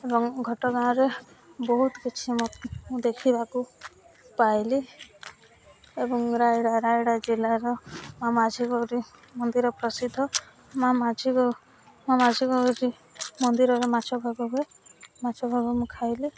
ଏବଂ ଘଟଗାଁରେ ବହୁତ କିଛି ମୁଁ ଦେଖିବାକୁ ପାଇଲି ଏବଂ ରାୟଗଡ଼ା ରାୟଗଡ଼ା ଜିଲ୍ଲାର ମାଝିଗୌରୀ ମନ୍ଦିର ପ୍ରସିଦ୍ଧ ମାଁ ମାଝି ଗ ମାଁ ମାଝୀଗୋୖରୀ ମନ୍ଦିରରେ ମାଛ ଭୋଗ ହୁଏ ମାଛ ଭୋଗ ମୁଁ ଖାଇଲି